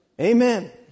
Amen